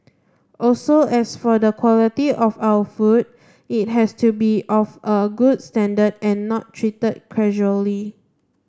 also as for the quality of our food it has to be of a good standard and not treated casually